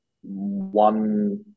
one